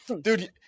dude